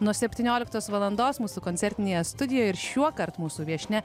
nuo septynioliktos valandos mūsų koncertinėje studijoje ir šiuokart mūsų viešnia